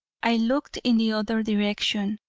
i looked in the other direction.